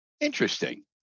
Interesting